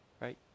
right